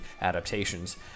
adaptations